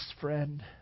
friend